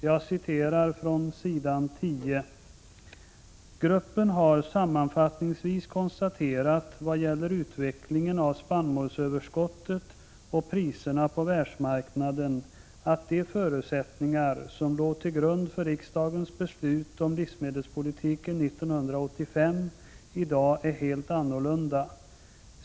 Jag citerar från s. 10: ”Gruppen har sammanfattningsvis konstaterat vad gäller utvecklingen av spannmålsöverskottet och priserna på världsmarknaden att de förutsättningar, som låg till grund för riksdagens beslut om livsmedelspolitiken 1985, i dag är helt annorlunda.